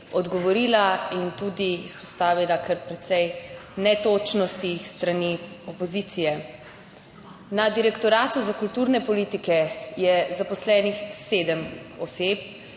odgovorila in tudi izpostavila kar precej netočnosti s strani opozicije. Na direktoratu za kulturne politike je zaposlenih 7 oseb